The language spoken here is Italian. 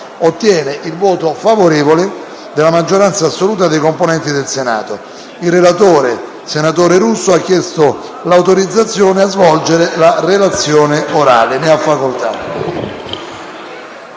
otterrà il voto favorevole della maggioranza assoluta dei componenti del Senato. Il relatore, senatore Russo, ha chiesto l'autorizzazione a svolgere la relazione orale. Non